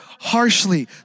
harshly